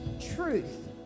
truth